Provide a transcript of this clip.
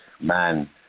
man